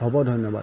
হ'ব ধন্যবাদ